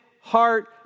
heart